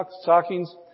stockings